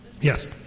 Yes